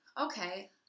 okay